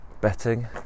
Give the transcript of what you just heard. betting